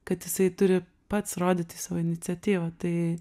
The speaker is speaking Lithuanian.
kad jisai turi pats rodyti savo iniciatyvą tai